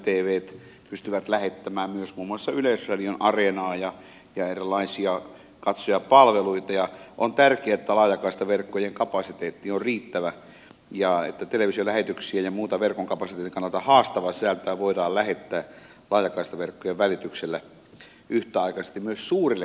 älytvt pystyvät lähettämään muun muassa yleisradion areenaa ja erilaisia katsojapalveluita ja on tärkeää että laajakaistaverkkojen kapasiteetti on riittävä ja että televisiolähetyksiä ja muuta verkon kapasiteetin kannalta haastavaa sisältöä voidaan lähettää laajakaistaverkkojen välityksellä yhtäaikaisesti myös suurille katsojaryhmille